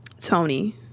Tony